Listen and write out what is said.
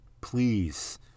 please